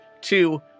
Two